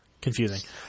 Confusing